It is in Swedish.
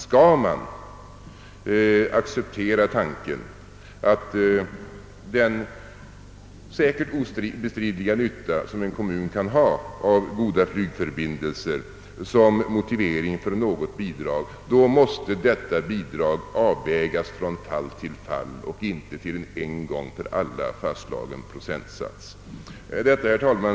Om vi accepterar tanken att den obestridliga nytta en kommun har av goda förbindelser motiverar bidrag, så måste det bidraget avvägas från fall till fall, inte bindas vid någon en gång för alla fastslagen procentsats. Herr talman!